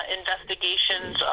investigations